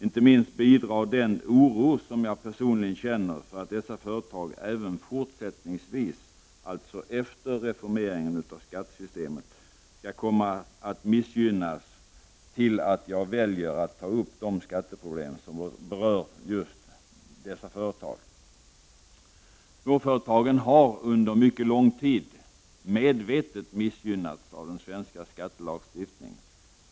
Inte minst bidrar den oro som jag personligen känner för att dessa företag även fortsättningsvis — alltså även efter reformeringen av skattesystemet — skall komma att missgynnas, till att jag väljer att ta upp de skatteproblem som berör just dessa företag. Småföretagen har under mycket lång tid medvetet missgynnats av den svenska skattelagstiftningen.